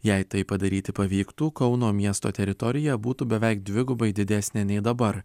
jei tai padaryti pavyktų kauno miesto teritorija būtų beveik dvigubai didesnė nei dabar